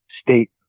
state